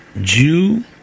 Jew